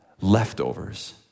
leftovers